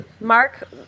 Mark